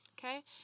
Okay